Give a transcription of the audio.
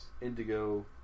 indigo